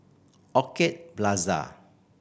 Orchid Plaza